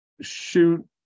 shoot